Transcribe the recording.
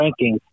rankings